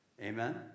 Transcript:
Amen